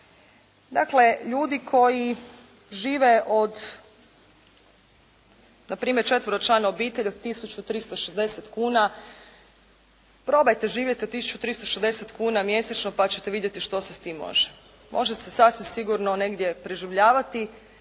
Dakle ljudi koji žive od na primjer četveročlana obitelj od tisuću 360 kuna. Probajte živjeti od 1360 kuna mjesečno pa ćete vidjeti što se sa time može, može se sasvim sigurno negdje preživljavati,